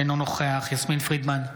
אינו נוכח יסמין פרידמן,